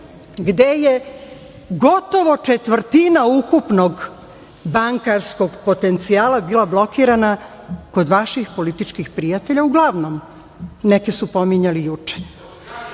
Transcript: gde je gotovo četvrtina ukupnog bankarskog potencijala bila blokirana kod vaših političkih prijatelja uglavnom, neke su pominjali